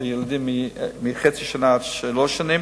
לילדים מגיל חצי שנה עד שלוש שנים,